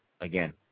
Again